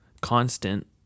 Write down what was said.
constant